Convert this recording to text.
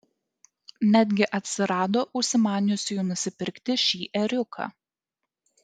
netgi atsirado užsimaniusiųjų nusipirkti šį ėriuką